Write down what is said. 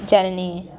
janani